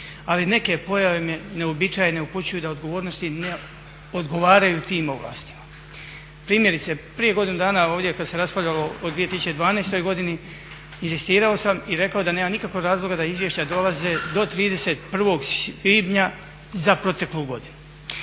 Ali neke pojave me neuobičajene upućuju da odgovornosti ne odgovaraju tim ovlastima. Primjerice, prije godinu dana ovdje kad se raspravljalo o 2012. godini inzistirao sam i rekao da nema nikakvog razloga da izvješća dolaze do 31. svibnja za proteklu godinu